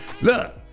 Look